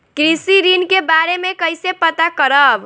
कृषि ऋण के बारे मे कइसे पता करब?